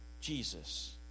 Jesus